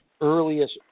earliest